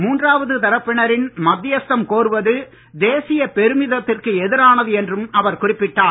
மூன்றாவது தரப்பினரின் மத்தியஸ்தம் கோருவது தேசிய பெருமிதத்திற்கு எதிரானது என்றும் அவர் குறிப்பிட்டார்